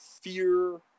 fear